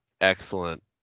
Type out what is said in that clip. excellent